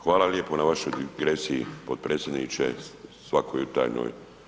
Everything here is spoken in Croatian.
Hvala lijepo na vašoj digresiji potpredsjedniče svakojutarnjoj.